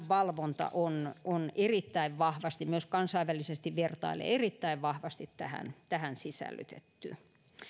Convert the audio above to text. valvonta on on erittäin vahvasti myös kansainvälisesti vertaillen erittäin vahvasti tähän tähän sisällytetty